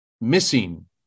missing